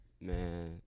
man